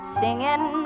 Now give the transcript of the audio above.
singing